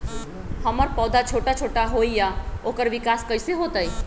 हमर पौधा छोटा छोटा होईया ओकर विकास कईसे होतई?